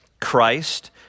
Christ